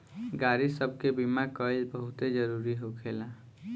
गाड़ी सब के बीमा कइल बहुते जरूरी होखेला